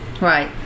Right